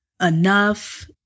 enough